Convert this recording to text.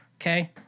okay